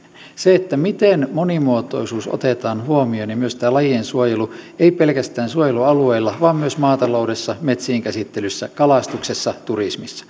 se miten monimuotoisuus otetaan huomioon ja myös lajien suojelu ei pelkästään suojelualueilla vaan myös maataloudessa metsien käsittelyssä kalastuksessa turismissa